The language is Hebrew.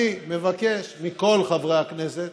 אני מבקש מכל חברי הכנסת